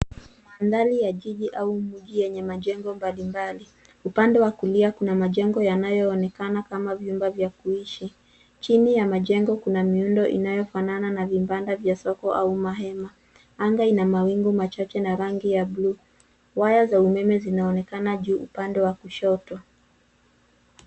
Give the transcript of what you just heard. Mandhari ya jiji au mji yenye majengo mbalimbali. Upande wa kulia kuna majengo yanayoonekana kama vyumba vya kuishi. Chini ya majengo kuna miundo inayofanana na vibanda vya soko au mahema. Anga ina mawingu machache na rangi ya buluu. Waya za umeme zinaonekana juu upande wa kushoto.